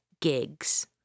gigs